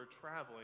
traveling